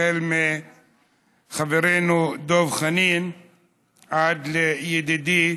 החל בחברנו דב חנין עד לידידי